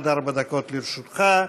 עד ארבע דקות לרשותך.